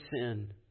sin